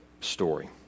story